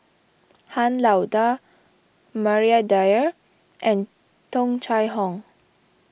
Han Lao Da Maria Dyer and Tung Chye Hong